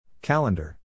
Calendar